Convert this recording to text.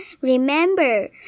Remember